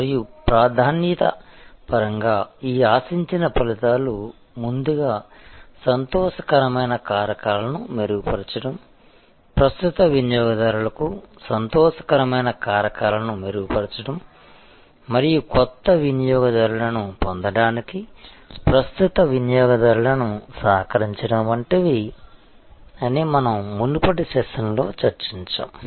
మరియు ప్రాధాన్యత పరంగా ఈ ఆశించిన ఫలితాలు ముందుగా సంతోషకరమైన కారకాలను మెరుగుపరచడం ప్రస్తుత వినియోగదారులకు సంతోషకరమైన కారకాలను మెరుగుపరచడం మరియు కొత్త వినియోగదారులను పొందడానికి ప్రస్తుత వినియోగదారులను సహకరించడం వంటివి అని మనం మునుపటి సెషన్లో చర్చించాము